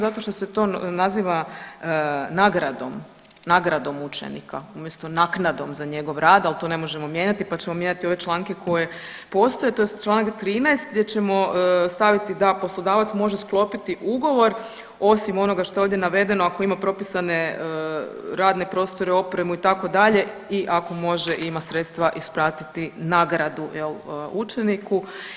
Zato što se to naziva nagradom, nagradom učenika umjesto naknadnom za njegov rad, ali to ne možemo mijenjati pa ćemo mijenjati ove članke koji postoje tj. Članak 13. gdje ćemo staviti da poslodavac može sklopiti ugovor osim onoga što je ovdje navedeno ako ima propisane radne prostore, opremu itd. i ako može i ima sredstva isplatiti nagradu jel učeniku.